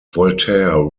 voltaire